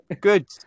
Good